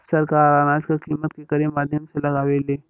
सरकार अनाज क कीमत केकरे माध्यम से लगावे ले?